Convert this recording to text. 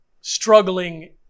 struggling